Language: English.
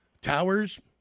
Towers